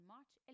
March